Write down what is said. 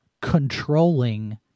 controlling